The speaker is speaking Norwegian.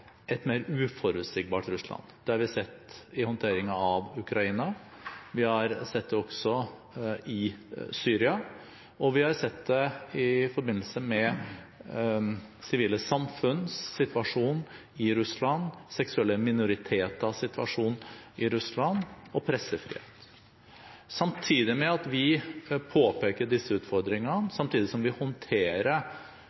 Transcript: et mer uforutsigbart Russland. Det har vi sett i håndteringen av Ukraina, vi har sett det også i Syria, og vi har sett det i forbindelse med sivile samfunns situasjon i Russland, seksuelle minoriteters situasjon i Russland og pressefrihet. Samtidig med at vi påpeker disse utfordringene,